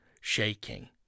Shaking